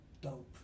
dope